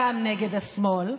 גם נגד השמאל,